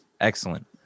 Excellent